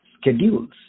schedules